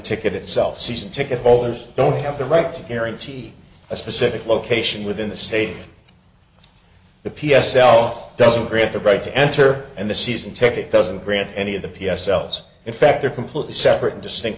ticket itself season ticket holders don't have the right to guarantee a specific location within the state the p s l doesn't grant the right to enter and the season ticket doesn't grant any of the p s else in fact they're completely separate distinct